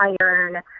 iron